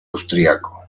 austríaco